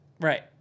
Right